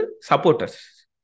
supporters